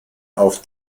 auf